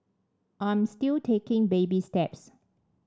I'm still taking baby steps